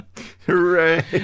Hooray